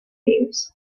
reviews